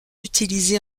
utilisé